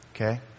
Okay